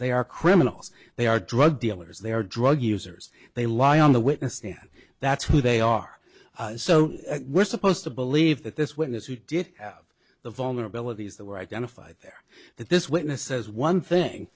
they are criminals they are drug dealers they are drug users they lie on the witness stand that's who they are so we're supposed to believe that this witness who did have the vulnerabilities that were identified there that this witness says one thing